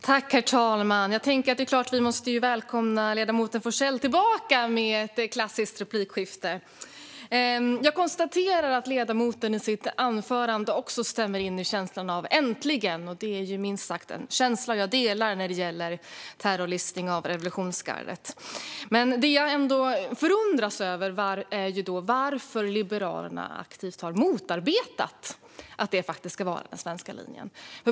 Herr talman! Det är klart att vi måste välkomna ledamoten Forssell tillbaka med ett klassiskt replikskifte! Jag konstaterar att ledamoten i sitt anförande stämmer in i känslan av att det äntligen sker. Det är en känsla jag delar när det gäller terrorlistning av revolutionsgardet. Det jag ändå förundras över är varför Liberalerna aktivt har motarbetat att det ska vara den svenska linjen.